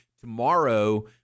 Tomorrow